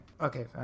Okay